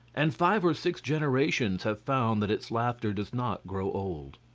and five or six generations have found that its laughter does not grow old.